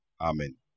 Amen